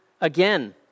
again